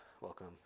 welcome